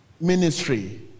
ministry